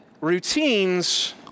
routines